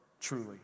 truly